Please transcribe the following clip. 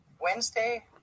Wednesday